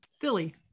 Philly